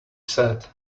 said